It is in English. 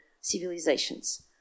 civilizations